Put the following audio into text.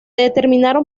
determinaron